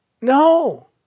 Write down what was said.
No